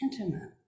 intimate